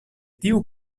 tiu